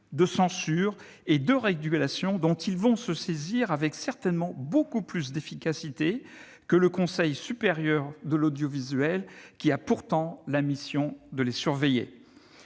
de censure et de régulation dont ils vont certainement se saisir avec beaucoup plus d'efficacité que le Conseil supérieur de l'audiovisuel qui a pourtant la mission de les surveiller.